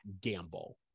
gamble